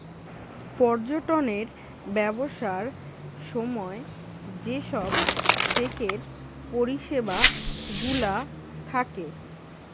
পর্যটনের ব্যবসার সময় যে সব চেকের পরিষেবা গুলা থাকে